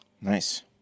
Nice